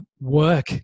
work